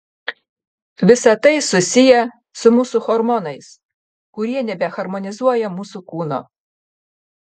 visa tai susiję su mūsų hormonais kurie nebeharmonizuoja mūsų kūno